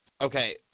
okay